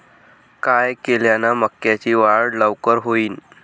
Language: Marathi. काय केल्यान मक्याची वाढ लवकर होईन?